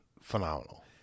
phenomenal